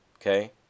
Okay